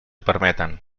permeten